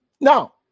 Now